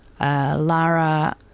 Lara